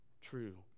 true